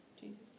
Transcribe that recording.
Jesus